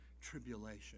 tribulation